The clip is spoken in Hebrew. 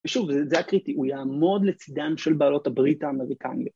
ושוב, זה הקריטי, הוא יעמוד לצדם של בעלות הברית האמריקניות